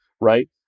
right